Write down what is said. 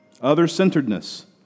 Other-centeredness